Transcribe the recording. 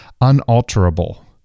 unalterable